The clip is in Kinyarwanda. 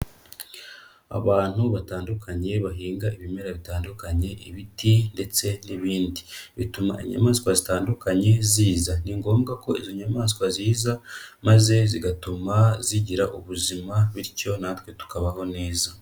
Abantu batandukanye bahinga ibimera bitandukanye, ibiti ndetse n'ibindi. Bituma inyamaswa zitandukanye ziza. Ni ngombwa ko izo nyamaswa ziza, maze zigatuma zigira ubuzima, bityo natwe tukabaho neza.